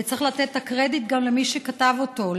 וצריך לתת את הקרדיט גם למי שכתב אותו,